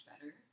better